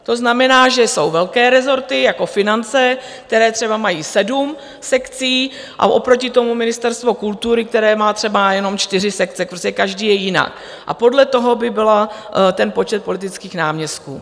To znamená, že jsou velké rezorty jako finance, které třeba mají sedm sekcí, a oproti tomu Ministerstvo kultury, které má třeba jenom čtyři sekce, prostě každý je jinak, a podle toho by byl ten počet politických náměstků.